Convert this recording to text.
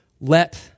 let